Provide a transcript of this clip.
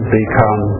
become